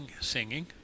singing